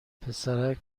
پسرک